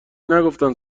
نگفتن